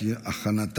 חברי הכנסת,